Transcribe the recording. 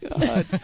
god